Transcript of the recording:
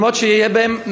אדוני היושב-ראש,